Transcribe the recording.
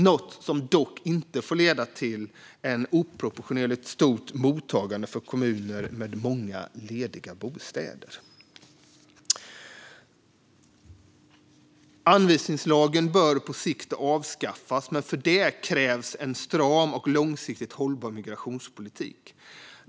Detta får dock inte leda till ett oproportionerligt stort mottagande för kommuner med många lediga bostäder. Anvisningslagen bör på sikt avskaffas, men för det krävs en stram och långsiktigt hållbar migrationspolitik.